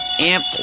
amp